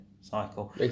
cycle